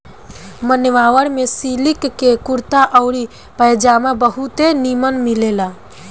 मान्यवर में सिलिक के कुर्ता आउर पयजामा बहुते निमन मिलेला